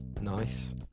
Nice